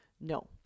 No